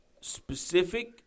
specific